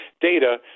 data